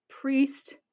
priest